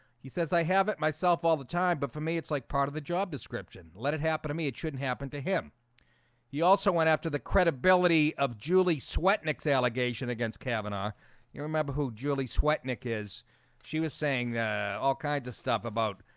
he says i have it myself all the time but for me, it's like part of the job description. let it happen to me. it shouldn't happen to him he also went after the credibility of julie sweat. nick's allegation against kavanagh you remember who julie sweat nic is she was saying all kinds of stuff about?